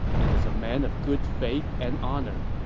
and is a man of good faith and honor.